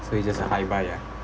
so it's just a hi bye ah